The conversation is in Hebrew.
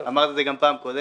אמרתי את זה גם בפעם הקודמת: